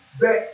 back